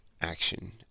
action